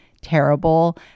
terrible